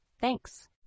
Thanks